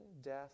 death